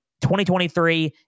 2023